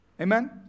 Amen